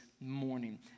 morning